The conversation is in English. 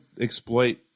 exploit